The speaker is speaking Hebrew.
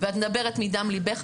ואת מדברת מדם ליבך.